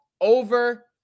over